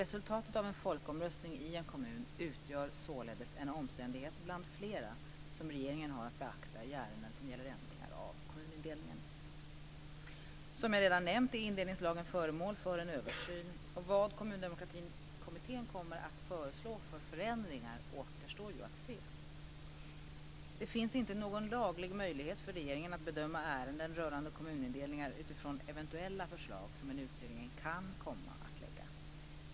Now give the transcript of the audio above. Resultatet av en folkomröstning i en kommun utgör således en omständighet bland flera som regeringen har att beakta i ärenden som gäller ändringar av kommunindelningen. Som jag redan nämnt är indelningslagen föremål för en översyn. Vad Kommundemokratikommittén kommer att föreslå för förändringar återstår att se. Det finns inte någon laglig möjlighet för regeringen att bedöma ärenden rörande kommunindelningar utifrån eventuella förslag som en utredning kan komma att lägga.